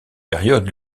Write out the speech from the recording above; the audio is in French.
période